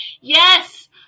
Yes